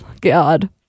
God